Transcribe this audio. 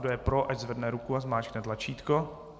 Kdo je pro, ať zvedne ruku a zmáčkne tlačítko.